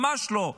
ממש לא.